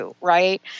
right